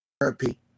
therapy